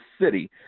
city